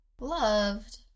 Loved